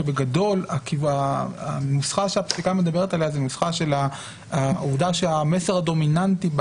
כשבגדול הנוסחה שהפסיקה מדברת עליה זו נוסחה של העובדה שהמסר הדומיננטי,